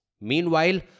Meanwhile